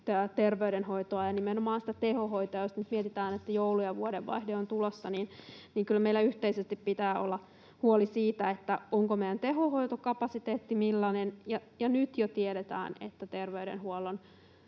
terveydenhoitoa ja nimenomaan sitä tehohoitoa. Jos nyt mietitään, että joulu ja vuodenvaihde ovat tulossa, niin kyllä meillä yhteisesti pitää olla huoli siitä, onko meidän tehohoitokapasiteetti millainen. Nyt jo tiedetään, että terveydenhuollon